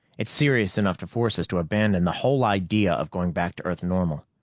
it's serious enough to force us to abandon the whole idea of going back to earth-normal.